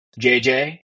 JJ